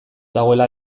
dagoela